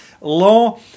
law